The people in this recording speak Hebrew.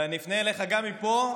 ואני אפנה אליך גם מפה,